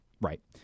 Right